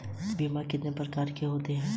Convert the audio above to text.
बीमा कितने प्रकार के होते हैं?